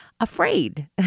afraid